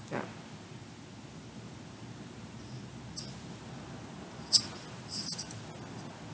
ya